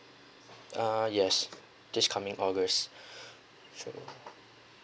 uh yes this coming august so